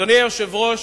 אדוני היושב-ראש,